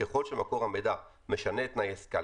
ככל שמקור המידע משנה את תנאי העסקה',